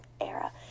era